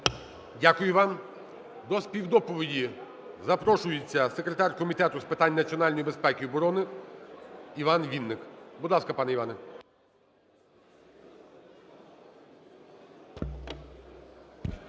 Дякую вам. До співдоповіді запрошується секретар Комітету з питань національної безпеки і оборони Іван Вінник. Будь ласка, пане Іване.